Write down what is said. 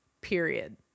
period